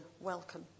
welcome